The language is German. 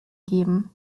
geben